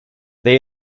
they